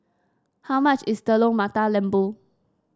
how much is Telur Mata Lembu